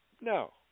No